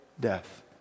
death